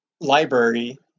library